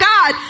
God